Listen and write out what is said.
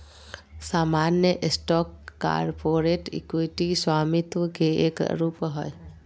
सामान्य stock corporate equity स्वामित्व के एक रूप हय